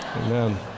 Amen